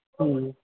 اۭں